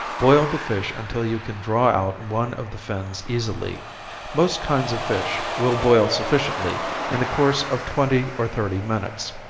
boil the fish until you can draw out one of the fins easily most kinds of fish will boil sufficiently in the course of twenty or thirty minutes,